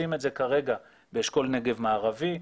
עושים את זה כרגע באשכול נגב מערבי,